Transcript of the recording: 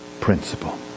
principle